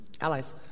allies